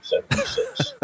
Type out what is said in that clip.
1976